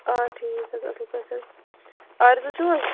آ ٹھیٖک حظ اَصٕل پٲٹھۍ حظ آرِزوٗ چھُو حظ